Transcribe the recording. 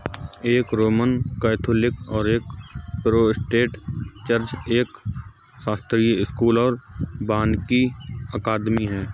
एक Roman Catholic और एक प्रोटेस्टेंट चर्च, एक शास्त्रीय स्कूल और वानिकी अकादमी है